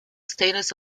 status